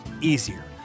easier